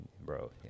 bro